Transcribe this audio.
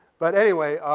but anyway,